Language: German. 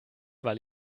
weil